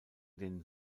den